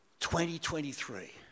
2023